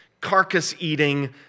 carcass-eating